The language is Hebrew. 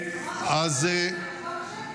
--- בשקט.